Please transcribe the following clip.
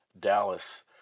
Dallas